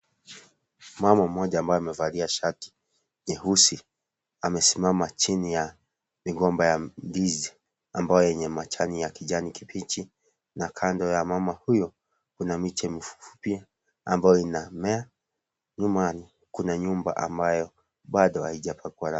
Mama mmoja ambaye amevalia shati nyeusi, amesimama chini ya migom a ya ndizi ambayo yenye majani ya kijani kibichi, na kando ya mama huyo Kuna miche mifupi ambayo inamea nyuma Kuna nyumba ambayo Bado haijapakwa rangi.